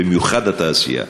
במיוחד התעשייה,